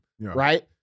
right